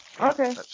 Okay